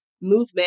movement